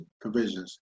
provisions